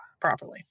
properly